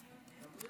אדוני